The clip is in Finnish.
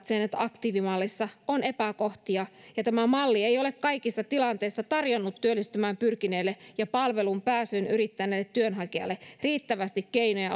sen että aktiivimallissa on epäkohtia ja tämä malli ei ole kaikissa tilanteissa tarjonnut työllistymään pyrkineelle ja palveluun pääsyyn yrittäneelle työnhakijalle riittävästi keinoja